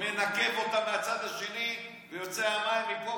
מנקב אותה מהצד השני, ויוצאים המים.